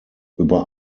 über